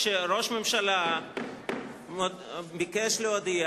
ראש ממשלה ביקש להודיע